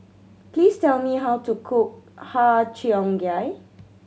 please tell me how to cook Har Cheong Gai